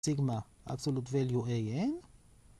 Sigma Absolute Value a n.